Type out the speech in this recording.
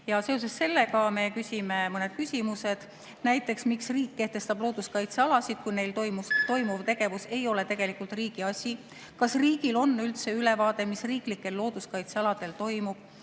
Seoses sellega me küsime mõned küsimused. Näiteks, miks riik kehtestab looduskaitsealasid, kui neil toimuv tegevus ei ole riigi asi? Kas riigil on üldse ülevaade, mis riiklikel looduskaitsealadel toimub?